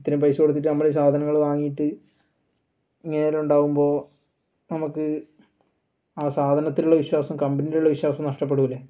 ഇത്രേം പൈസ കൊടുത്തിട്ട് നമ്മൾ സാധനങ്ങൾ വാങ്ങീട്ട് ഇങ്ങനുണ്ടാകുമ്പോൾ നമുക്ക് ആ സാധനത്തിലുള്ള വിശ്വാസം കമ്പനീലുള്ള വിശ്വാസം നഷ്ടപ്പെടുവല്ലേ